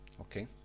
okay